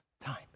time